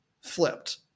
flipped